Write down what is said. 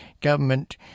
government